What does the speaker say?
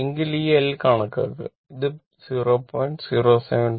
എങ്കിൽ ഈ L കണക്കാക്കുക അത് 0